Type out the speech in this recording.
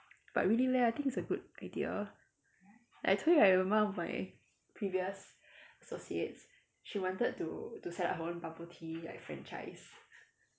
but really leh I think it's a good idea I told you right one of my previous associates she wanted to to set up her own bubble tea like franchise